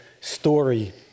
story